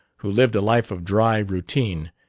who lived a life of dry routine,